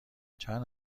چند